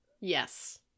yes